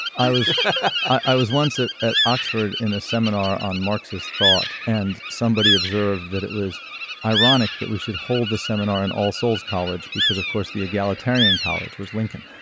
i was i was once it at oxford in a seminar on marxist thought and somebody observed that it was ironic that we should hold the seminar and all souls college because of course the egalitarian college was lincoln